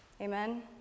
amen